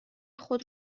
خود